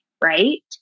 right